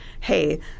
hey